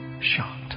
shocked